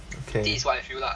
okay